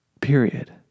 Period